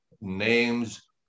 names